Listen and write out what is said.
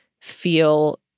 feel